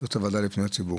זאת הוועדה לפניות הציבור.